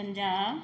Punjab